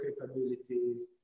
capabilities